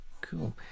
Cool